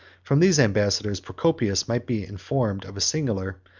from these ambassadors procopius might be informed of a singular,